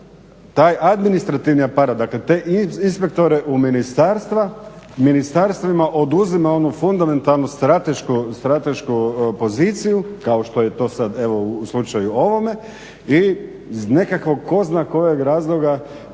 taj administrativni aparat, dakle te inspektore u ministarstva, ministarstvima oduzima onu fundamentalnu stratešku poziciju kao što je to sad evo u slučaju ovome i iz nekakvog tko zna kojeg razloga